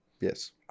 Yes